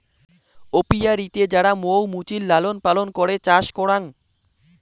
অপিয়ারীতে যারা মৌ মুচির লালন পালন করে চাষ করাং